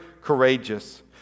courageous